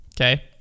Okay